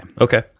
okay